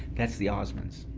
that's the osmonds.